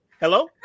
Hello